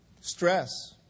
stress